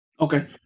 okay